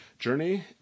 journey